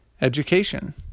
education